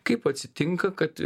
kaip atsitinka kad